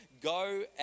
go